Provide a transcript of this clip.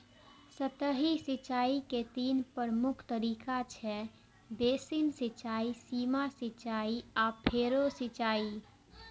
सतही सिंचाइ के तीन प्रमुख तरीका छै, बेसिन सिंचाइ, सीमा सिंचाइ आ फरो सिंचाइ